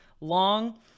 long